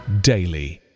daily